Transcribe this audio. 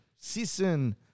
season